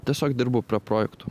tiesiog dirbu prie projektų